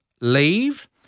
leave